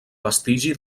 vestigi